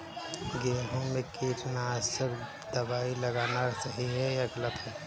गेहूँ में कीटनाशक दबाई लगाना सही है या गलत?